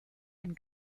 and